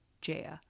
Jaya